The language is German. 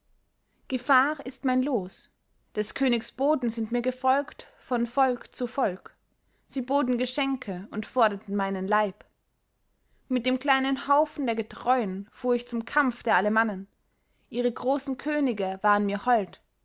gefahr ist mein los des königs boten sind mir gefolgt von volk zu volk sie boten geschenke und forderten meinen leib mit dem kleinen haufen der getreuen fuhr ich zum kampf der alemannen ihre großen könige waren mir hold